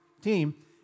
TEAM